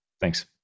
Thanks